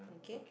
okay